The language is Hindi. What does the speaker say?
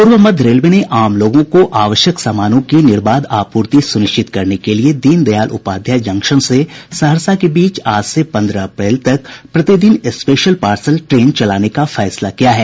पूर्व मध्य रेलवे ने आम लोगों को आवश्यक सामानों की निर्बाध आपूर्ति सुनिश्चित करने के लिए दीनदयाल उपाध्याय जंक्शन से सहरसा के बीच आज से पन्द्रह अप्रैल तक प्रतिदिन स्पेशल पार्सल ट्रेन चलाने का फैसला किया है